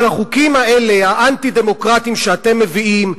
אבל החוקים האלה, האנטי-דמוקרטיים, שאתם מביאים,